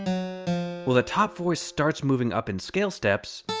while the top voice starts moving up in scale steps